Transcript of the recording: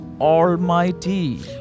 Almighty